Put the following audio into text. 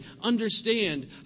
understand